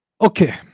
Okay